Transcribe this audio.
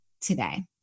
today